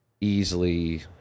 easily